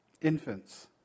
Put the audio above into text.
infants